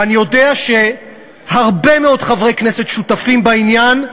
ואני יודע שהרבה מאוד חברי כנסת שותפים בעניין,